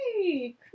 hey